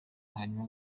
hanyuma